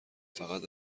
فقط